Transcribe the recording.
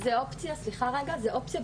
זה אופציה - סליחה רגע זה אופציה,